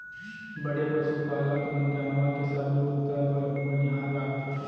बड़े पसु पालक मन जानवर के सबो बूता बर बनिहार राखथें